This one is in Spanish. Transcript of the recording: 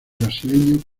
brasileño